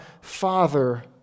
Father